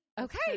okay